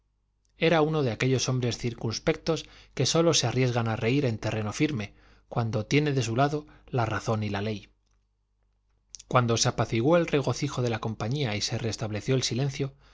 era uno de aquellos hombres circunspectos que sólo se arriesgan a reír en terreno firme cuando tienen de su lado la razón y la ley cuando se apaciguó el regocijo de la compañía y se restableció el silencio